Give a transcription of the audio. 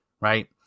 right